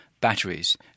batteries